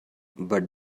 but